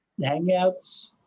hangouts